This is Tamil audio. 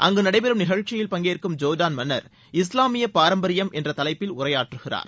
அங்கு நடைபெறும் நிகழ்ச்சியில் பங்கேற்கும் ஜோர்டான் மன்னர் இஸ்லாமிய பாரம்பரியம் என்ற தவைப்பில் உரையாற்றுகிறார்